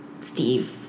Steve